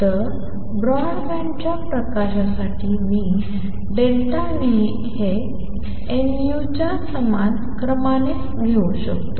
तर ब्रॉड बँडच्या प्रकाशासाठी मी Δν हे nuच्या समान क्रमाने घेऊ शकतो